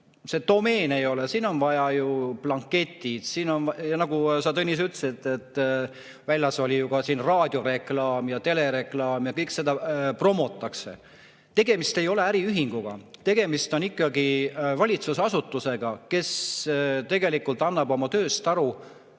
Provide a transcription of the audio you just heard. see domeen ei ole, on ju vaja uusi blankette ja nagu sa, Tõnis, ütlesid, oli ju ka raadioreklaam ja telereklaam. Kõike seda promotakse. Tegemist ei ole äriühinguga, tegemist on ikkagi valitsusasutusega, kes tegelikult annab oma tööst aru